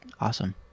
awesome